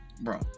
bro